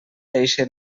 eixe